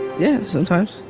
yeah, sometimes.